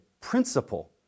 principle